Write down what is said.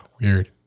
Weird